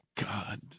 God